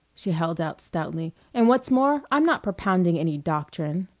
she held out stoutly, and, what's more, i'm not propounding any doctrine.